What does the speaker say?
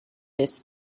this